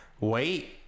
wait